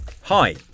Hi